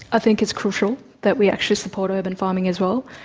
i think it's crucial that we actually support urban farming as well.